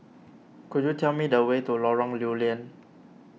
could you tell me the way to Lorong Lew Lian